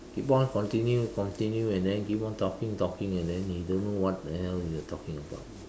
keep on continue continue and then keep on talking talking and then he don't know what the hell you are talking about